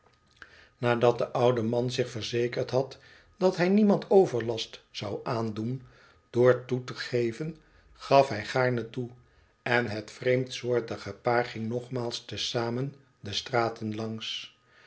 nadat de oude man zich verzekerd had dat hij niemand overlast zou aandoen door toe te geven gaf hij gaarne toe en het vreemdsoortige paar ging nogmaals te zamen de straten langs